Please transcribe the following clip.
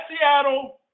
Seattle